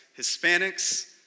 Hispanics